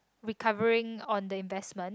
recovering on the investment